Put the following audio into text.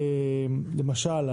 למשל,